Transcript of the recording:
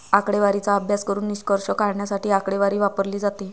आकडेवारीचा अभ्यास करून निष्कर्ष काढण्यासाठी आकडेवारी वापरली जाते